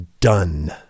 done